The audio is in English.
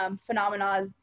phenomena